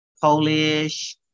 Polish